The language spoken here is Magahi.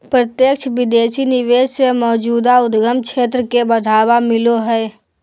प्रत्यक्ष विदेशी निवेश से मौजूदा उद्यम क्षेत्र के बढ़ावा मिलो हय